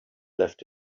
left